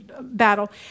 battle